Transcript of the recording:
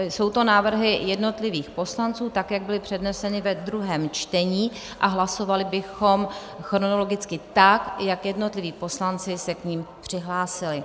Jsou to návrhy jednotlivých poslanců, tak jak byly předneseny ve druhém čtení, a hlasovali bychom chronologicky tak, jak se k nim jednotliví poslanci přihlásili.